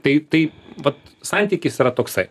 tai tai vat santykis yra toksai